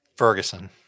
Ferguson